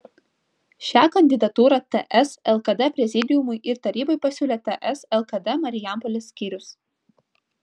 šią kandidatūrą ts lkd prezidiumui ir tarybai pasiūlė ts lkd marijampolės skyrius